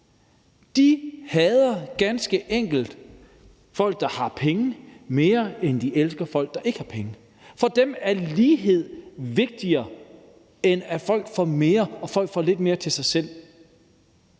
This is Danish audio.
De hader ganske enkelt folk, der har penge, mere, end de elsker folk, der ikke har penge. For dem er lighed vigtigere, end at folk får mere og folk får lidt mere til sig selv.